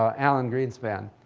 um alan greenspan,